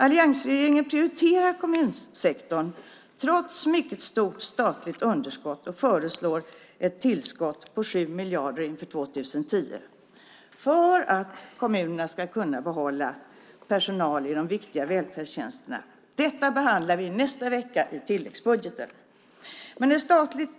Alliansregeringen prioriterar kommunsektorn trots mycket stort statligt underskott och föreslår ett tillskott på 7 miljarder inför 2010 för att kommunerna ska kunna behålla personal i de viktiga välfärdstjänsterna. Detta behandlar vi nästa vecka i tilläggsbudgeten. Men ett statligt